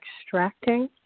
extracting